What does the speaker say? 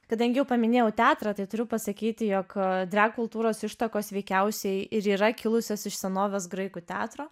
kadangi jau paminėjau teatrą tai turiu pasakyti jog drag kultūros ištakos veikiausiai ir yra kilusios iš senovės graikų teatro